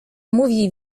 mówi